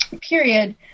period